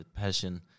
passion